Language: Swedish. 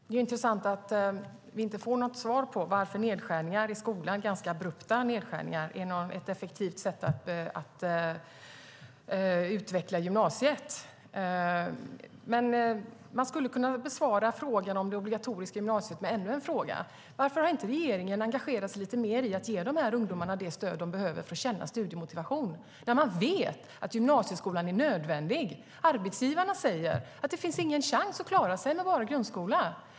Herr talman! Det är intressant att vi inte får något svar på varför ganska abrupta nedskärningar i skolan är ett effektivt sätt att utveckla gymnasiet. Man skulle kunna besvara frågan om det obligatoriska gymnasiet med ännu en fråga: Varför har inte regeringen engagerat sig lite mer i att ge de här ungdomarna det stöd de behöver för att känna studiemotivation när man vet att gymnasieskolan är nödvändig? Arbetsgivarna säger att det inte finns någon chans att klara sig med bara grundskola.